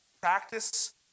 practice